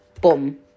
boom